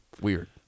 Weird